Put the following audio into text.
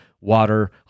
water